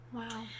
Wow